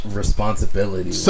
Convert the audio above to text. responsibility